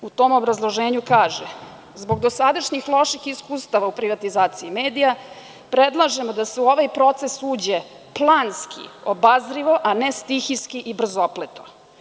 U tom obrazloženju kaže – zbog dosadašnjih loših iskustava u privatizaciji mediji, predlažemo da u ovaj proces uđe planski obazrivo, a ne stihijski i brzopleto.